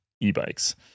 e-bikes